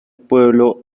pueblo